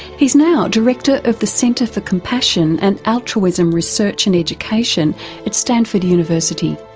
he's now director of the center for compassion and altruism research and education at stanford university.